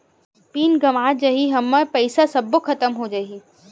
Pan गंवा जाही हमर पईसा सबो खतम हो जाही?